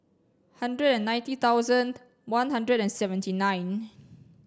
hundred and ninety thousand one hundred and seventy nine